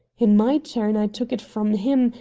in my turn i took it from him,